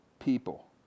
people